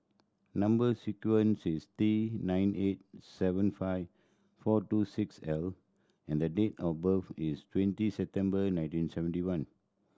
number sequence is T nine eight seven five four two six L and the date of birth is twenty September nineteen seventy one